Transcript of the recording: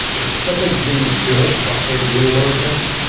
if there's somethings being built by say blue origin,